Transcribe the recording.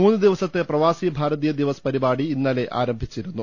മൂന്ന് ദിവ സത്തെ പ്രവാസി ഭാരതീയ ദിവസ് പരിപാടി ഇന്നലെ ആരംഭിച്ചി രുന്നു